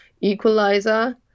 equalizer